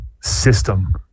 system